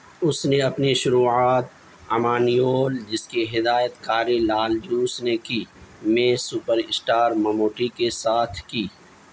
اس نے اپنی شروعات عمانیول جس کی ہدایت کاری لال جوس نے کی میں سپر اسٹار مموٹی کے ساتھ کی